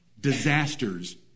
disasters